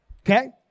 Okay